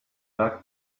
bug